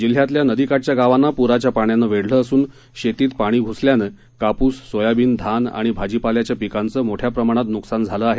जिल्ह्यातल्या नदीकाठच्या गावांना प्राच्या पाण्यानं वेढलं असून शेतीत पाणी घ्सल्यानं कापूस सोयाबीन धानआणि भाजीपाल्याच्या पिकांचं मोठ्या प्रमाणात नुकसान झालं आहे